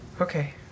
Okay